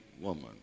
woman